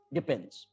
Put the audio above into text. Depends